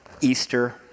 Easter